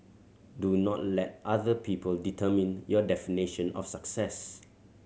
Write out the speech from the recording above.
do not let other people determine your definition of success